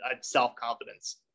self-confidence